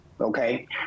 okay